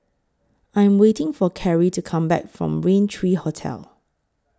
I Am waiting For Carri to Come Back from Raintr three Hotel